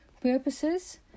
purposes